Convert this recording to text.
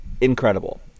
incredible